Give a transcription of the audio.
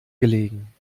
gelegen